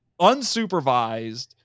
unsupervised